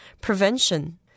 prevention